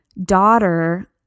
daughter